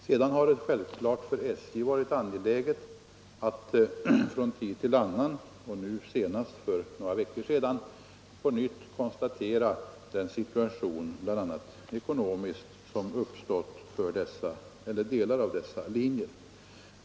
Sedan har det självfallet varit angeläget för SJ att från tid till annan — nu senast — Nr 90 för några veckor sedan — konstatera den situation, bl.a. när det gäller ekonomin, som uppstått för delar av dessa linjer.